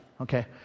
okay